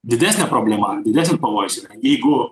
didesnė problema didesnis pavojus yra jeigu